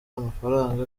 amafaranga